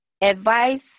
advice